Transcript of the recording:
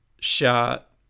shot